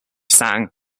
sang